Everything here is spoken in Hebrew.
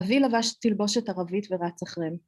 ‫אבי לבש תלבושת ערבית ורץ אחריהם.